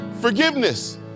Forgiveness